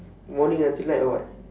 morning until night or what